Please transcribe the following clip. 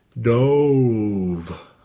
dove